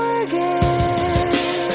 again